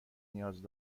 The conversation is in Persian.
نیاز